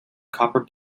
copper